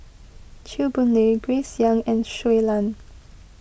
Chew Boon Lay Grace Young and Shui Lan